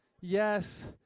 Yes